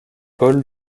paul